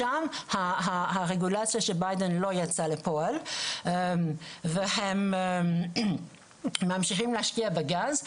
שם הרגולציה של ביידן לא יצא לפועל והם ממשיכים להשקיע בגז.